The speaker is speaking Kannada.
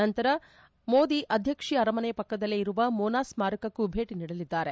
ನಂತರ ಮೋದಿ ಅವರು ಅಧ್ಯಕ್ಷೀಯ ಅರಮನೆಯ ಪಕ್ಕದಲ್ಲೇ ಇರುವ ಮೋನಾಸ್ ಸ್ನಾರಕಕ್ಕೂ ಭೇಟ ನೀಡಲಿದ್ದಾರೆ